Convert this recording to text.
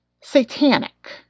satanic